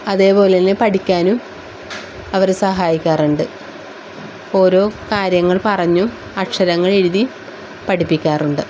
അതേപോലെ തന്നെ പഠിക്കാനും അവര് സഹായിക്കാറുണ്ട് ഓരോ കാര്യങ്ങൾ പറഞ്ഞും അക്ഷരങ്ങൾ എഴുതിയും പഠിപ്പിക്കാറുണ്ട്